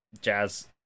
jazz